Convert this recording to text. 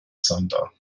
santer